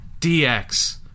DX